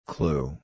Clue